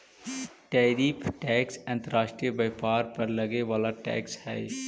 tariff tax अंतर्राष्ट्रीय व्यापार पर लगे वाला टैक्स हई